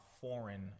foreign